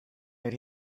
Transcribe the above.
that